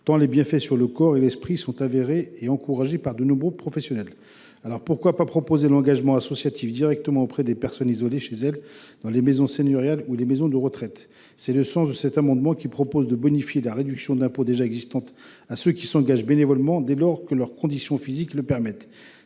tant les bienfaits sur le corps et l’esprit sont avérés. Dès lors, pourquoi ne pas proposer l’engagement associatif directement auprès des personnes isolées chez elles, dans les maisons senioriales ou les maisons de retraite ? Tel le sens de cet amendement, qui a pour objet de bonifier la réduction d’impôt déjà existante pour ceux qui s’engagent bénévolement, dès lors que leur condition physique le permet.